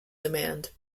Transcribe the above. demand